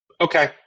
okay